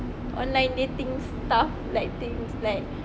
online dating stuff like things like